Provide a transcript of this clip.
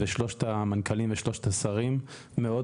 ושלושת המנכ"לים ושלושת השרים מאוד